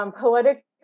Poetic